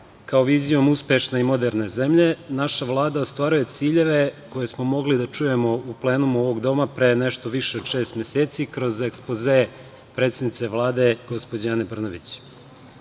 kao vizijom uspešne i moderne zemlje, naša Vlada ostvaruje ciljeve koje smo mogli da čujemo u plenumu ovog doma pre nešto više od šest meseci, kroz ekspoze predsednice Vlade, gospođe Ane